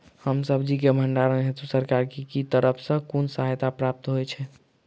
हरा सब्जी केँ भण्डारण हेतु सरकार की तरफ सँ कुन सहायता प्राप्त होइ छै?